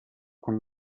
con